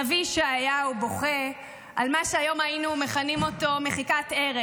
הנביא ישעיהו בוכה על מה שהיום היינו מכנים אותו "מחיקת ערך".